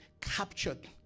captured